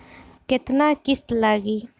केतना किस्त लागी?